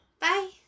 Bye